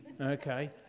Okay